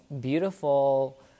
beautiful